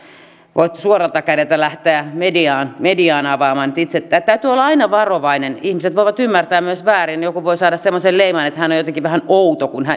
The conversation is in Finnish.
voi suoralta kädeltä lähteä mediaan mediaan avaamaan täytyy aina olla varovainen ihmiset voivat ymmärtää myös väärin joku voi saada semmoisen leiman että on jotenkin vähän outo kun